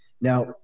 Now